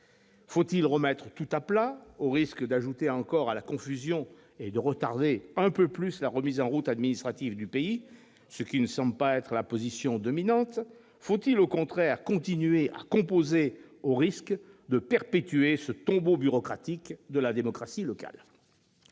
Certainement pas !... au risque d'ajouter encore à la confusion et de retarder un peu plus encore la remise en route administrative du pays, ce qui ne semble pas être la position dominante ? Faut-il, au contraire, continuer à composer, au risque de perpétuer ce tombeau bureaucratique de la démocratie locale ?